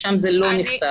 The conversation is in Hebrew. ושם זה לא נכתב.